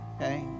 Okay